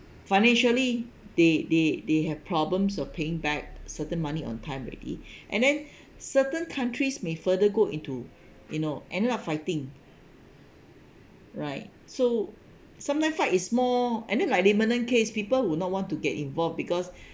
financially they they they have problems of paying back certain money on time already and then certain countries may further go into you know ended up fighting right so sometime fight is more and then like the imminent case people would not want to get involve because